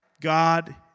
God